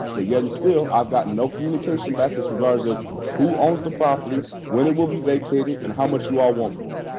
but yet and still, i've got no communication back as regards as who owns the property, when it will be vacated, and how much you all want for it.